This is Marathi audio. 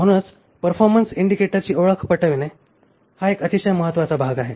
म्हणूनच परफॉर्मन्स इंडिकेटरची ओळख पटविणे हा एक अतिशय महत्वाचा भाग आहे